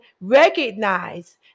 recognize